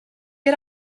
get